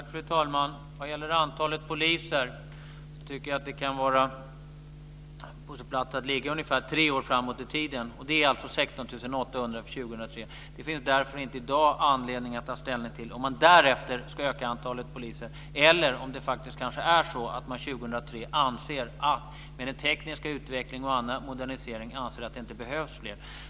Fru talman! Vad gäller antalet poliser tycker jag att det kan vara på sin plats att ligga ungefär tre år framåt i tiden. Det är alltså 16 800 för 2003. Det finns därför inte i dag anledning att ta ställning till om man därefter ska öka antalet poliser. År 2003 kanske man faktiskt anser att det i och med den tekniska utvecklingen och annan modernisering inte behövs fler.